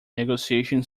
negotiation